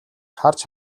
харж